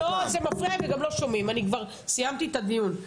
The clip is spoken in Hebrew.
אני כבר סיימתי את הדיון.